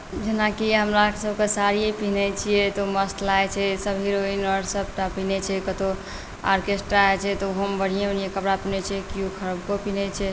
जेनाकि हमरासबके साड़िए पिनहै छिए तऽ ओ मस्त लागै छै सब हीरोइन आओर सबटा पिनहै छै तऽ ऑर्केस्ट्रा जे छै ओहोमे बढ़िए बढ़िए कपड़ा पिनहै छै केओ खरबको पिनहै छै